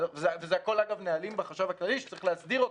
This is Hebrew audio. וזה הכול אגב נהלים בחשב הכללי שצריך להסדיר אותם.